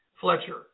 Fletcher